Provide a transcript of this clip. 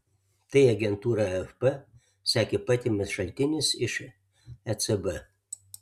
tai agentūrai afp sakė patikimas šaltinis iš ecb